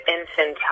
infantile